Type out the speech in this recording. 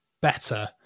better